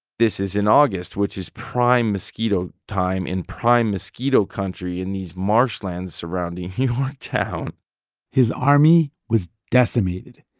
this is in august, which is prime mosquito time in prime mosquito country in these marshlands surrounding yorktown his army was decimated.